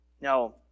Now